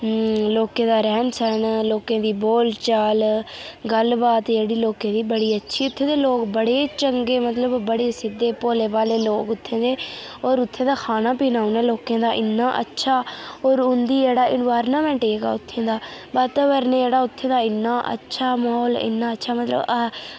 लोकें दा रैह्न सैह्न लोकें दी बोल चाल गल्ल बात जेह्ड़ी लोकें दी बड़ी अच्छी उ'त्थें दे लोक बड़े चंगे मतलब बड़े सिद्धे भोले भाले लोक उ'त्थें दे होर उ'त्थें दा खाना पीना उ'नें लोकें दा इ'न्ना अच्छा होर उंदी जेह्ड़ा एनवायरनमेंट जेह्का उ'त्थें दा वातावरण जेह्ड़ा उ'त्थें दा इ'न्ना अच्छा महौल इ'न्ना अच्छा मतलब